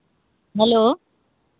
hello